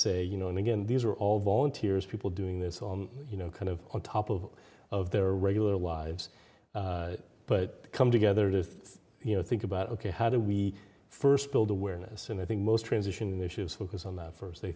say you know and again these are all volunteers people doing this on you know kind of on top of of their regular lives but come together to you know think about ok how do we first build awareness and i think most transition issues focus on that first they